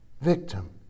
victim